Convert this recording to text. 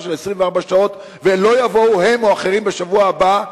של 24 שעות ולא יבואו הם או אחרים בשבוע הבא,